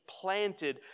planted